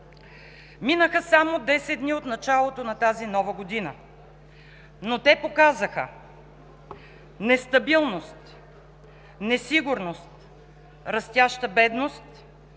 Минаха само десет дни от началото на тази нова година, но те показаха нестабилност, несигурност, растяща бедност,